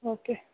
okay